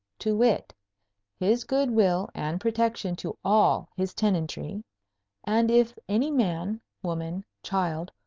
to wit his good-will and protection to all his tenantry and if any man, woman, child,